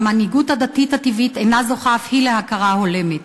והמנהיגות הדתית הטבעית אף היא אינה זוכה להכרה הולמת.